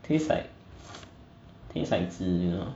taste like taste like 纸 you know